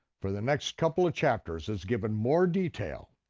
for the next couple of chapters is given more detail.